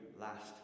last